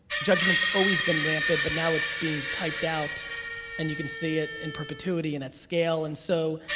judgment's always been rampant, but now it's being typed out and you can see it in perpetuity and at scale and so,